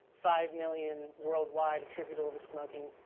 five million worldwide attributable to smoking.